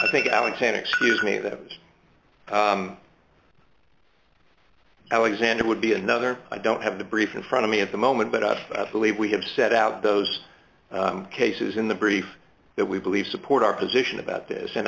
i think allentown excuse me those alexander would be another i don't have the briefs in front of me at the moment but i believe we have set out those cases in the brief that we believe support our position about this and